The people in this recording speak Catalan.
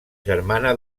germana